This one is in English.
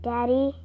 Daddy